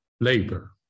labor